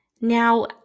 Now